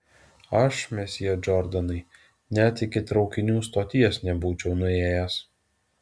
aš mesjė džordanai net iki traukinių stoties nebūčiau nuėjęs